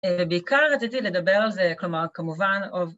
‫ובעיקר רציתי לדבר על זה, ‫כלומר, כמובן